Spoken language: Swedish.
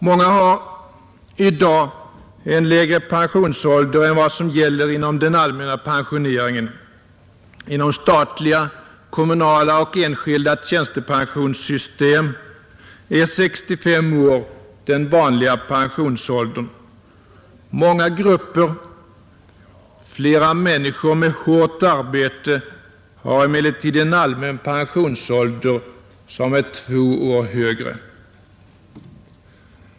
Många har i dag en lägre pensionsålder än vad som gäller inom den allmänna system är 65 år den vanliga pensionsåldern. Många grupper, flera Onsdagen den människor med hårt arbete, har emellertid en allmän pensionsålder som 17 mars 1971 är två år högre.